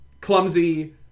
clumsy